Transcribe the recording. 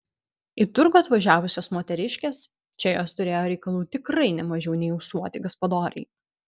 į turgų atvažiavusios moteriškės čia jos turėjo reikalų tikrai ne mažiau nei ūsuoti gaspadoriai